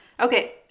Okay